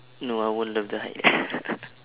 no I won't love the height